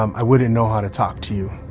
um i wouldn't know how to talk to you.